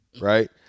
right